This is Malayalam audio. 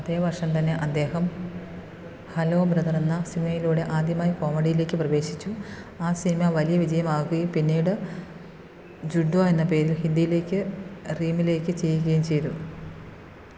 അതേ വർഷം തന്നെ അദ്ദേഹം ഹലോ ബ്രദർ എന്ന സിനിമയിലൂടെ ആദ്യമായി കോമഡിയിലേക്ക് പ്രവേശിച്ചു ആ സിനിമ വലിയ വിജയമാകുകയും പിന്നീട് ജുഡ്വ എന്ന പേരിൽ ഹിന്ദിയിലേക്ക് റീമിലേക്ക് ചെയ്യുകയും ചെയ്തു